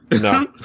No